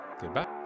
Goodbye